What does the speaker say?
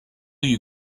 you